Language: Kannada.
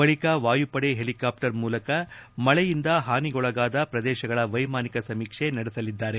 ಬಳಿಕ ವಾಯುಪಡೆ ಹೆಲಿಕಾಪ್ವರ್ ಮೂಲಕ ಮಳೆಯಿಂದ ಹಾನಿಗೊಳಗಾದ ಪ್ರದೇಶಗಳ ವೈಮಾನಿಕ ಸಮೀಕ್ಷೆ ನಡೆಸಲಿದ್ದಾರೆ